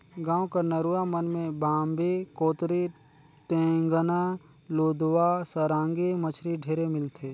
गाँव कर नरूवा मन में बांबी, कोतरी, टेंगना, लुदवा, सरांगी मछरी ढेरे मिलथे